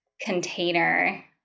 container